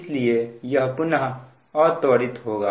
इसलिए यह पुनः अत्वरित होगा